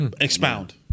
Expound